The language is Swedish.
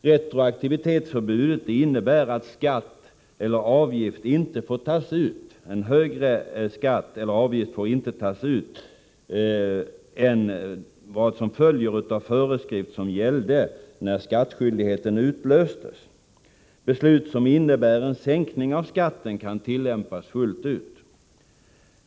Retroaktivitetsförbudet innebär att högre skatt eller avgift inte fås tas ut än vad som följer av föreskrift som gällde när skattskyldigheten utlöstes. Beslut som innebär en säkning av skatten kan tillämpas fullt ut.